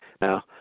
Now